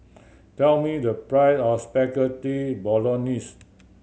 tell me the price of Spaghetti Bolognese